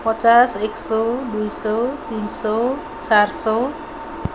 पचास एक सय दुइ सय तिन सय चार सय